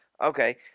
Okay